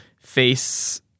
face